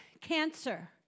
cancer